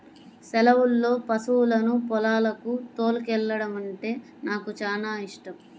సెలవుల్లో పశువులను పొలాలకు తోలుకెల్లడమంటే నాకు చానా యిష్టం